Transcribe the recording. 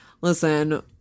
Listen